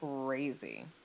crazy